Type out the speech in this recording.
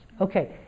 Okay